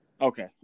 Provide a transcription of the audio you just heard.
Okay